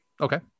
Okay